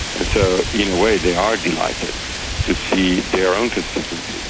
and so in a way they are delighted to see their own constituencies,